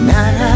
Night